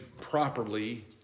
properly